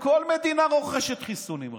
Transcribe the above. הרי כל מדינה רוכשת חיסונים.